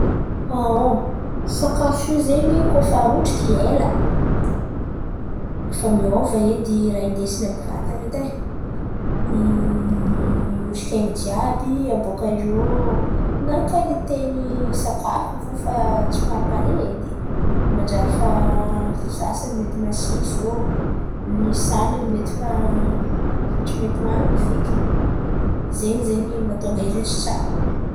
Sakafo io zen̈y kôa fa aotriky ela efa miôva edy raha indesin̈y amy ny vatan̈a edy ai, otrikain̈y jiàby abôka eo na kalite ny sakafo io fo fa tsy pari pare edy. Manjary fa ny sasan̈y mety masisô, ny san̈any mety fa fa tsy mety hoan̈in̈y feky. Zen̈y zen̈y mahatônga izy tsy tsara.